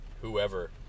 whoever